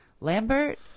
Lambert